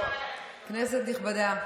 כנסת נכבדה,